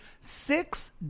Six